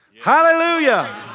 Hallelujah